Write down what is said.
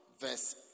verse